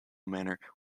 manner